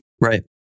Right